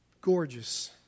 gorgeous